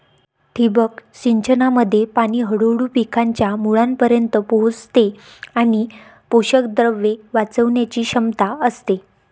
ठिबक सिंचनामध्ये पाणी हळूहळू पिकांच्या मुळांपर्यंत पोहोचते आणि पोषकद्रव्ये वाचवण्याची क्षमता असते